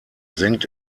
senkt